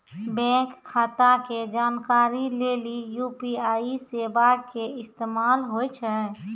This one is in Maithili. बैंक खाता के जानकारी लेली यू.पी.आई सेबा के इस्तेमाल होय छै